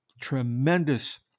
tremendous